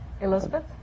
Elizabeth